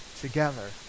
together